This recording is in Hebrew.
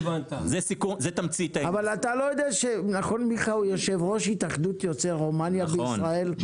נכון שמיכה הוא יושב-ראש התאחדות יוצאי רומניה בישראל?